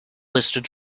listed